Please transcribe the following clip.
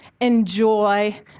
enjoy